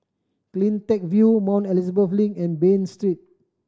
Cleantech View Mount Elizabeth Link and Bain Street